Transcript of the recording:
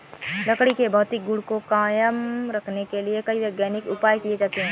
लकड़ी के भौतिक गुण को कायम रखने के लिए कई वैज्ञानिक उपाय किये जाते हैं